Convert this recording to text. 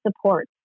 support